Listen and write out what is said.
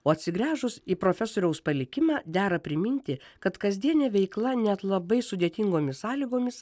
o atsigręžus į profesoriaus palikimą dera priminti kad kasdienė veikla net labai sudėtingomis sąlygomis